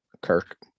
Kirk